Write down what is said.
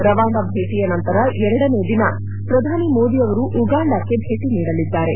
Rwanda ಭೇಟಿಯ ನಂತರ ಎರಡನೇ ದಿನ ಪ್ರಧಾನಿ ಮೋದಿ ಅವರು ಉಗಾಂಡಕ್ಕೆ ಭೇಟಿ ನೀಡಲಿದ್ದಾರೆ